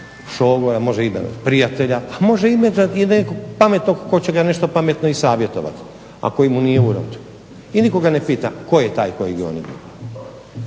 šogora, može imenovati prijatelja, a može imenovati nekog pametnog tko će ga nešto pametno i savjetovati a koji mu nije u rodu. I nitko ga ne pita tko je taj koji …